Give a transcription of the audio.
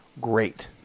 Great